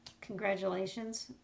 congratulations